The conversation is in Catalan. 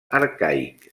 arcaic